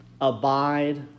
abide